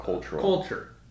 culture